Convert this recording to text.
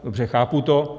Dobře, chápu to.